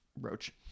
roach